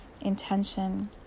intention